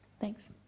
Thanks